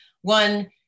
One